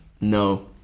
No